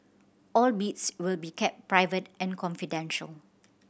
all bids will be kept private and confidential